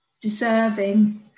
deserving